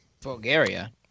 Bulgaria